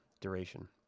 duration